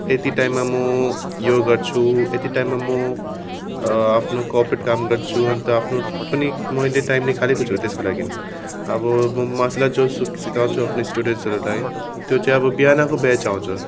यति टाइममा म यो गर्छु यति टाइममा म आफ्नो कोर्पेट काम गर्छु अन्त आफ्नो पनि मैले टाइम निकालेको छु त्यसको लागि अब म मार्सल आर्ट जो सिकाउँछु आफ्नो स्टुडेन्टहरूलाई त्यो चाहिँ अब बिहानको ब्याच आउँछ